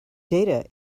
data